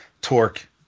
Torque